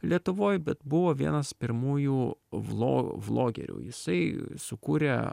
lietuvoj bet buvo vienas pirmųjų vlo vlogerių jisai sukūrė